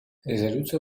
резолюция